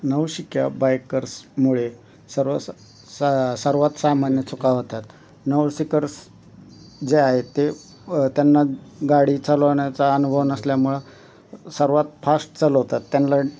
नवशिक्या बायकर्समुळे सर्व सा सर्वात सामान्य चुका होतात नवसिकर्स जे आहे ते त्यांना गाडी चालवण्याचा अनुभव नसल्यामुळं सर्वात फास्ट चालवतात त्यांना